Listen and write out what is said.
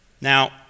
Now